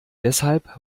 deshalb